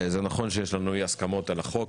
זה נכון שיש לנו אי הסכמות על החוק,